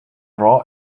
raw